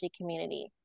community